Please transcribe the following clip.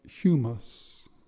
humus